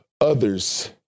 others